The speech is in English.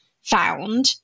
found